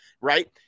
right